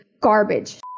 garbage